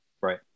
Right